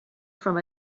from